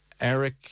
Eric